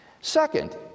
Second